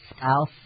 South